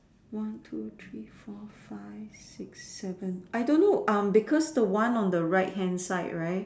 one two three four five six seven I don't know um because the one on the right hand side right